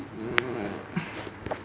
mm